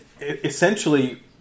essentially